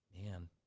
man